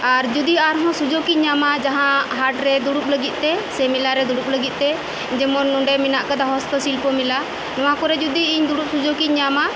ᱟᱨ ᱡᱚᱫᱤ ᱟᱨᱦᱚᱸ ᱥᱩᱡᱚᱜᱤᱧ ᱧᱟᱢᱟ ᱡᱟᱦᱟᱸ ᱦᱟᱴᱨᱮ ᱫᱩᱲᱩᱵ ᱞᱟᱹᱜᱤᱫ ᱛᱮ ᱥᱮ ᱢᱮᱞᱟᱨᱮ ᱫᱩᱲᱩᱵ ᱞᱟᱹᱜᱤᱫ ᱛᱮ ᱡᱮᱢᱚᱱ ᱱᱚᱰᱮ ᱢᱮᱱᱟᱜ ᱟᱠᱟᱫᱟ ᱦᱚᱥᱛᱚ ᱥᱤᱞᱯᱚ ᱢᱮᱞᱟ ᱱᱚᱣᱟᱠᱚᱨᱮ ᱡᱚᱫᱤ ᱤᱧ ᱫᱩᱲᱩᱵ ᱥᱩᱡᱚᱜ ᱤᱧ ᱧᱟᱢᱟ